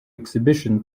exhibition